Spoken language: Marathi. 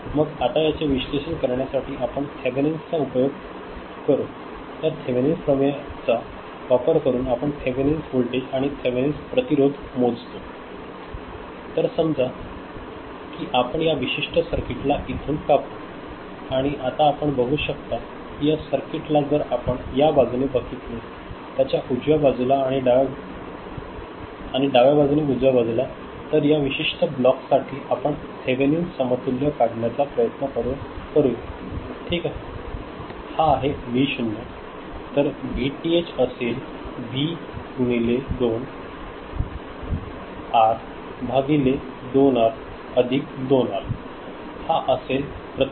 मग आता याचे विश्लेषण करण्यासाठी आपण थेवेनिन्स चा ऊपयोग करू तर थेवेनिन्स प्रमेया चा वापर करून आपण थेवेनिन्स वोल्टेज आणि थेवेनिन्स प्रतिरोध मोजतो तर समजा की आपण या विशिष्ट सर्किट ला इथून कापू आणि आता आपण बघू शकता की या सर्किट ला जर आपण या बाजूने बघितले त्याच्या उजव्या बाजूला आणि डाव्या बाजूने उजव्या बाजूला तर या विशिष्ट ब्लॉक साठी आपण थेवेनिन्स समतुल्य काढण्याचा प्रयत्न करूया ठीक आहे हा आहे व्ही 0 तर व्हीटीएच असेल व्ही गुणिले 2 आर भागिले 2 आर अधिक 2 आर हा असेल प्रतीकार